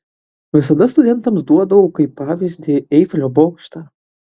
visada studentams duodavau kaip pavyzdį eifelio bokštą